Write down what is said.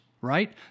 right